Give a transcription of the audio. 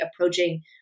approaching